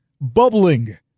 bubbling